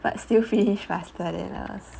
but still finish faster than us